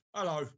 Hello